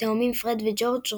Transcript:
התאומים פרד וג'ורג',